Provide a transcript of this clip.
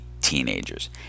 teenagers